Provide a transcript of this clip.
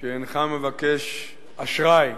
שאינך מבקש אשראי